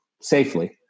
safely